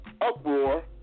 uproar